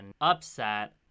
upset